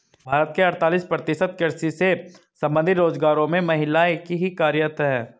भारत के अड़तालीस प्रतिशत कृषि से संबंधित रोजगारों में महिलाएं ही कार्यरत हैं